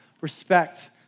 respect